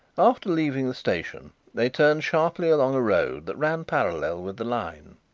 after leaving the station they turned sharply along a road that ran parallel with the line,